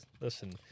listen